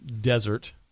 desert